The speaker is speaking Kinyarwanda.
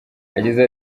yagize